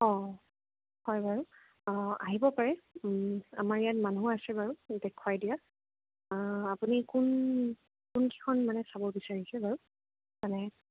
অ' হয় বাৰু আহিব পাৰে আমাৰ ইয়াত মানুহো আছে বাৰু দেখুৱাই দিয়া আপুনি কোন কোনকিখন মানে চাব বিচাৰিছে বাৰু মানে